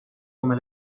come